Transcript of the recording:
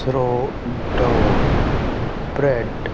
sourdough bread